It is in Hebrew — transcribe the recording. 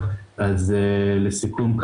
לסיכום,